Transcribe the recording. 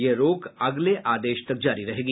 यह रोक अगले आदेश तक जारी रहेगी